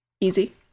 easy